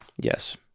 Yes